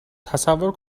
تصور